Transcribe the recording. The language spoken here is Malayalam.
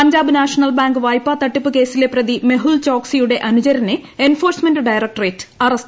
പഞ്ചാബ് നാഷണൽ ബാങ്ക് വായ്പാ തട്ടിപ്പ് കേസിലെ പ്രതി ന് മെഹുൽ ചോക്സിയുടെ അനുചരനെ എൻഫോഴ്സ്മെന്റ ഡയറക്ടറേറ്റ് അറസ്റ്റ് ചെയ്തു